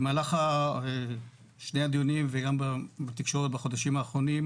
במהלך שני הדיונים וגם בתקשורת בחודשים האחרונים